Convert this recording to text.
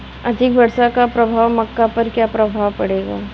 अधिक वर्षा का मक्का पर क्या प्रभाव पड़ेगा?